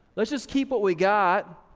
let's just keep what we got.